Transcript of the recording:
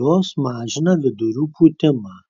jos mažina vidurių pūtimą